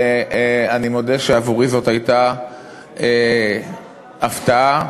ואני מודה שעבורי זאת הייתה הפתעה.